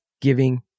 giving